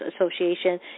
Association